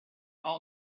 all